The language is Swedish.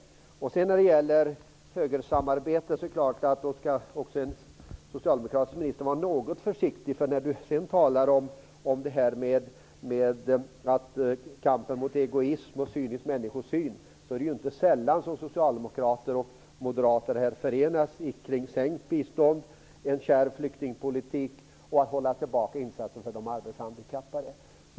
När det gäller högersamarbete är det klart att även en socialdemokratisk minister skall vara något försiktig. Margareta Winberg talar om kampen mot egoism och cynisk människosyn. Men det är inte sällan som socialdemokrater och moderater förenas kring förslag om sänkt bistånd, om en kärv flyktingpolitik och om att hålla tillbaka insatserna för de arbetshandikappade.